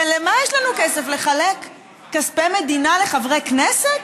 ולמה יש לנו כסף, לחלק כספי מדינה לחברי כנסת?